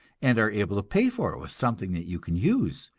and are able to pay for it with something that you can use,